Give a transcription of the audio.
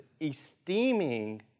esteeming